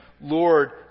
Lord